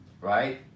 right